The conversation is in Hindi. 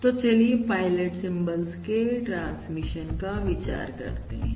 तो चलिए पायलट सिंबलस के ट्रांसमिशन का विचार करते हैं